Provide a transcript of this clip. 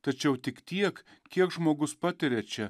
tačiau tik tiek kiek žmogus patiria čia